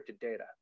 data